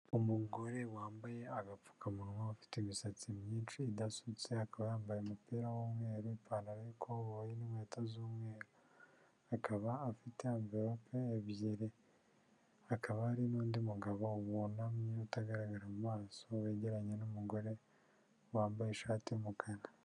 Umugore wambaye agapfukamunwa ufite imisatsi myinshi idasuwitse, akaba yambaye umupira w'umweru ipantaro y'ikoboyi n'inkweto z'umweru, akaba afite amverope ebyiri; hakaba hari n'undi mugabo wunamye utagaragara mu mumaso wegeranye n'umugore wambaye ishati y'umukara.